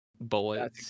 bullet